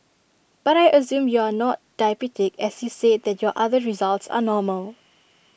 but I assume you are not diabetic as you said that your other results are normal